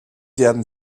werden